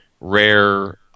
rare